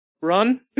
run